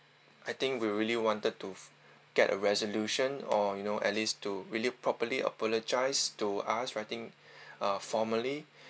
I think we really wanted to get a resolution or you know at least to really properly apologize to us I think uh formally